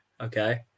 Okay